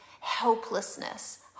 helplessness